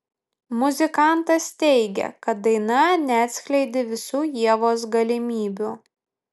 muzikantas teigė kad daina neatskleidė visų ievos galimybių